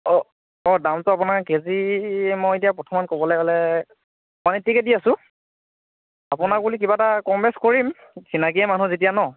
অঁ অঁ দামটো আপোনাৰ কেজি মই এতিয়া বৰ্তমান ক'বলৈ গ'লে ওৱান এইট্টিকৈ দি আছোঁ আপোনাক বুলি কিবা এটা কম বেছ কৰিম চিনাকিয়ে মানুহ যেতিয়া ন'